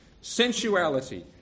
sensuality